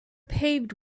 paved